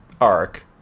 arc